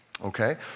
okay